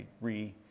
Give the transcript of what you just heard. re